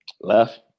Left